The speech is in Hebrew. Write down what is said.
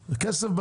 נכסים.